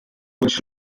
which